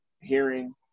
hearing